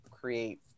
create